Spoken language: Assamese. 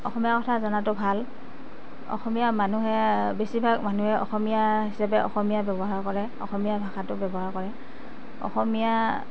অসমীয়া কথা জনাতো ভাল অসমীয়া মানুহে বেছিভাগ মানুহে অসমীয়া হিচাপে অসমীয়া ব্যৱহাৰ কৰে অসমীয়া ভাষাতো ব্যৱহাৰ কৰে অসমীয়া